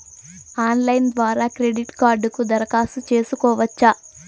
Online ద్వారా credit కార్డుకు దరఖాస్తు సేసుకోవచ్చా?